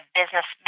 business